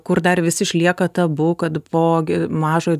kur dar vis išlieka tabu kad po gi mažo